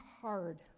hard